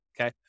Okay